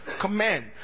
command